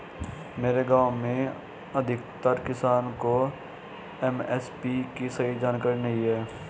मेरे गांव में अधिकतर किसान को एम.एस.पी की सही जानकारी नहीं है